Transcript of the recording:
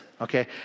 Okay